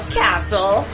castle